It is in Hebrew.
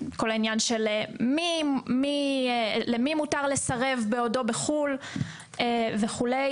בשאלה למי מותר לסרב בעודו בחוץ לארץ וכולי.